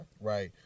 Right